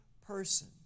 person